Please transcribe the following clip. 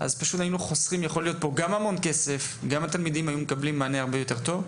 גם היינו חוסכים המון כסף וגם התלמידים היו מקבלים מענה הרבה יותר טוב.